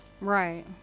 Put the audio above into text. Right